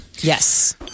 Yes